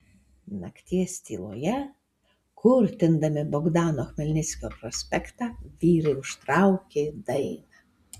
nakties tyloje kurtindami bogdano chmelnickio prospektą vyrai užtraukė dainą